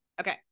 Okay